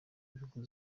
inyungu